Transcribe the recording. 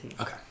Okay